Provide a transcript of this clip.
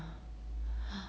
ha